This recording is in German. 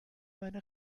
meine